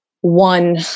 one